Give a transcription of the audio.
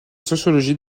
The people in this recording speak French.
sociologie